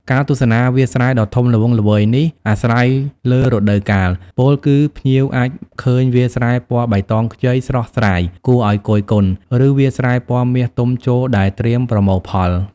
ការទស្សនាវាលស្រែដ៏ធំល្វឹងល្វើយនេះអាស្រ័យលើរដូវកាល ពោលគឺភ្ញៀវអាចឃើញវាលស្រែពណ៌បៃតងខ្ចីស្រស់ស្រាយគួរឲ្យគយគន់ ឬវាលស្រែពណ៌មាសទុំជោរដែលត្រៀមប្រមូលផល ។